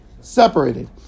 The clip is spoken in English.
separated